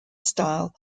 style